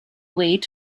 wait